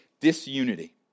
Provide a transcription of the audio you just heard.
disunity